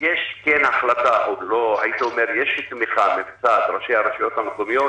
יש תמיכה מצד ראשי הרשויות המקומיות